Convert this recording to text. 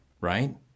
right